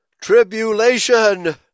Tribulation